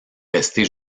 resté